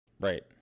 Right